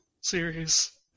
series